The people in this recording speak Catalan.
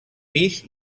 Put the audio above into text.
pis